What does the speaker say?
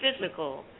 physical